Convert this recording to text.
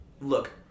look